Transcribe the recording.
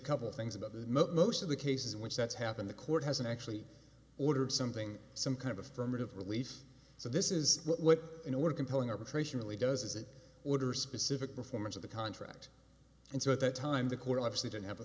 couple things about the most of the cases in which that's happened the court hasn't actually ordered something some kind of affirmative relief so this is what an order compelling arbitration really does is it order specific performance of the contract and so at that time the court obviously didn't have a